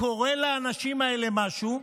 קורה לאנשים האלה משהו,